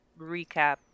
recap